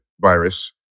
virus